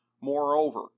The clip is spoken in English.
Moreover